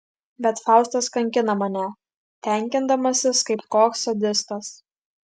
bet faustas kankina mane tenkindamasis kaip koks sadistas